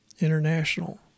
International